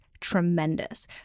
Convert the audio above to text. tremendous